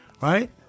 Right